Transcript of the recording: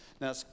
Now